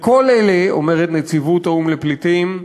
לכל אלה, אומרת נציבות האו"ם לפליטים,